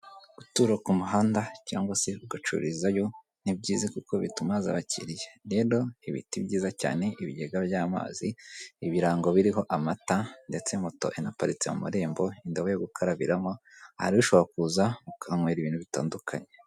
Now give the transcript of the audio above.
Gutura ku muhanda cyangwa se ugacururizayo, ni byiza kuko bituma haza abakiliya, rero ibiti byiza cyane, ibigega by'amazi, ibirango biriho amata ndetse moto ihaparitse mu marembo, indobo yo gukarabiramo, aha rero ushobora kuza ukahanywera ibintu bitandukanye.